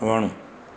वणु